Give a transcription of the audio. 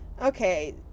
Okay